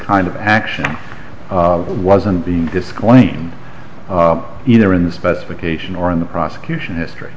kind of action wasn't being disclaim either in the specification or in the prosecution history